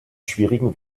schwierigen